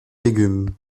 légumes